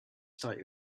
start